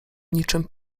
niczym